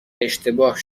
اشتباه